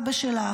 אבא שלה,